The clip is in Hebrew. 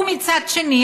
מצד שני,